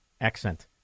accent